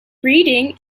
reading